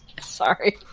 Sorry